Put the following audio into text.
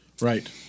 Right